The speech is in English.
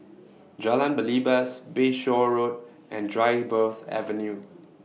Jalan Belibas Bayshore Road and Dryburgh's Avenue